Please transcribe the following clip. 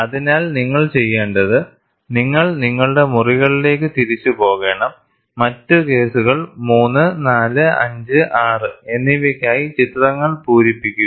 അതിനാൽ നിങ്ങൾ ചെയ്യേണ്ടത് നിങ്ങൾ നിങ്ങളുടെ മുറികളിലേക്ക് തിരികെ പോകണം മറ്റ് കേസുകൾ 3 4 5 6 എന്നിവയ്ക്കായി ചിത്രങ്ങൾ പൂരിപ്പിക്കുക